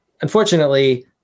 unfortunately